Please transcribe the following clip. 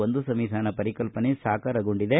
ಒಂದು ಸಂವಿಧಾನ ಪರಿಕಲ್ಪನೆ ಸಾಕಾರಗೊಂಡಿದೆ